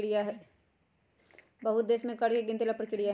बहुत देश में कर के गिनती ला परकिरिया हई